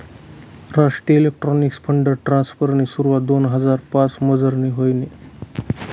राष्ट्रीय electronics fund ट्रान्स्फरनी सुरवात दोन हजार पाचमझार व्हयनी